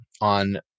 on